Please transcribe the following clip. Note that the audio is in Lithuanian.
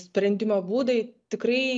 sprendimo būdai tikrai